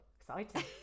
Exciting